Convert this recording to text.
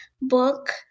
book